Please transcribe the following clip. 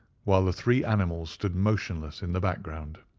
while the three animals stood motionless in the back-ground.